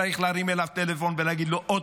צריך להרים אליו טלפון ולהגיד לו: אם עוד